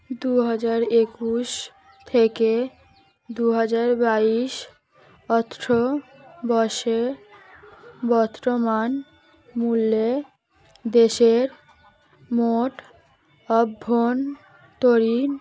দু হাজার একুশ থেকে দু হাজার বাইশ অর্থ বর্ষের বর্তমান মূল্যে দেশের মোট অভ্যন্তরীণ